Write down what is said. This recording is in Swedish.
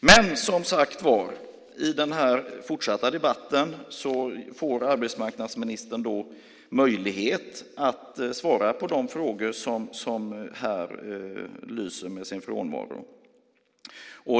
Men som sagt var: I den fortsatta debatten får arbetsmarknadsministern möjlighet att svara på de frågor vars svar här lyser med sin frånvaro.